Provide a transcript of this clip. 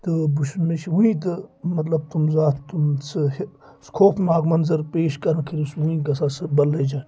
تہٕ بہٕ چھُس مےٚ چھُ وٕنہِ تہٕ مطلب تم زٕ اَتھ تم سُہ سُہ خوف ناگ مَنظر پیش کَرنہٕ وٕنہِ گژھان سُہ بَلٲجاہ